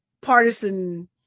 partisan